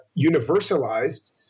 universalized